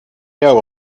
know